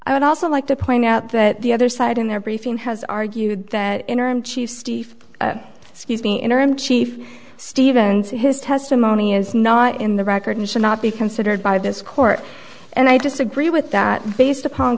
i would also like to point out that the other side in their briefing has argued that interim chief steve excuse me interim chief steve and his testimony is not in the record and should not be considered by this court and i disagree with that based upon